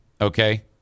Okay